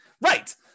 Right